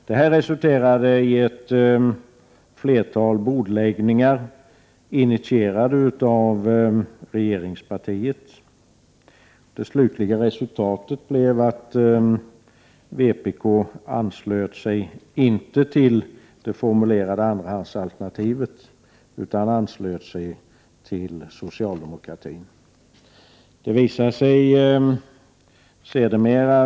Det resulterade i ett flertal bordläggningar, initierade av regeringspartiet. Det slutliga resultatet blev att vpk inte anslöt sig till det formulerade andrahandsalternativet utan anslöt sig till socialdemokratin.